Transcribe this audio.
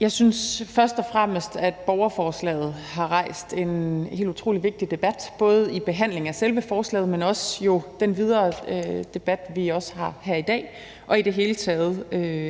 Jeg synes først og fremmest, at borgerforslaget har rejst en helt utrolig vigtig debat, både i behandlingen af selve forslaget, men jo også den videre debat, vi har her i dag, og i det hele taget